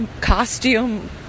costume